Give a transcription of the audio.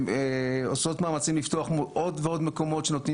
עושות מאמצים לפתוח עוד ועוד מקומות שנותנים